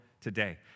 today